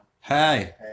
hey